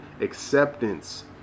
acceptance